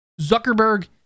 Zuckerberg